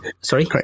sorry